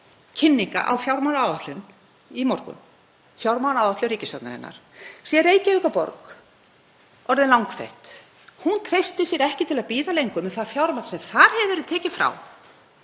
kynninga á fjármálaáætlun í morgun, fjármálaáætlun ríkisstjórnarinnar, sé Reykjavíkurborg orðin langþreytt. Hún treysti sér ekki til að bíða lengur með það fjármagn sem þar hefur verið tekið frá